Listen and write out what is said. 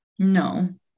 No